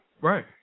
Right